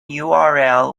url